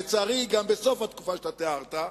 לצערי גם בסוף התקופה שאתה תיארת,